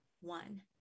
one